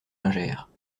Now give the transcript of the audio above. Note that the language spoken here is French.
lingère